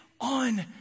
on